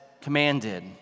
Commanded